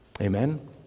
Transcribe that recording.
Amen